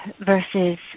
versus